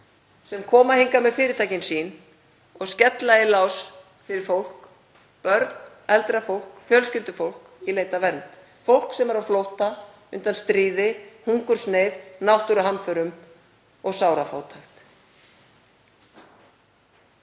sem koma hingað með fyrirtækin sín, og skella í lás fyrir fólk, börn, eldra fólk, fjölskyldufólk í leit að vernd, fólk sem er á flótta undan stríði, hungursneyð, náttúruhamförum og sárafátækt.